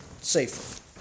Safer